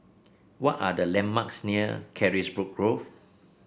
what are the landmarks near Carisbrooke Grove